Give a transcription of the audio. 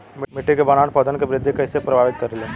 मिट्टी के बनावट पौधन के वृद्धि के कइसे प्रभावित करे ले?